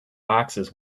boxes